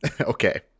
Okay